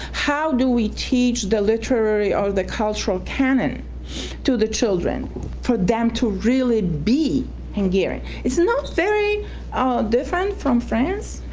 how do we teach the literary or the cultural canon to the children for them to really be hungarian? it's not very ah different from france